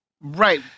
Right